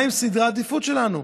מהם סדרי העדיפויות שלנו?